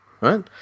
Right